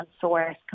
source